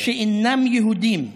שאינם יהודים.